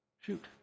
Shoot